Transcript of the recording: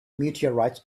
meteorites